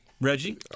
Reggie